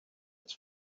its